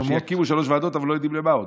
שיקימו שלוש ועדות, אבל לא יודעים למה עוד.